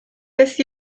beth